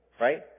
right